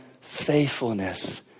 faithfulness